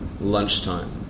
Lunchtime